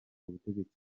ubutegetsi